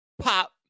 pop